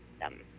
system